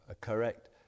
correct